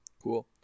cool